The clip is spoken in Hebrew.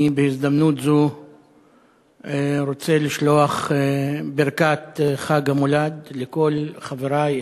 אני בהזדמנות זו רוצה לשלוח ברכת חג המולד לכל חברי,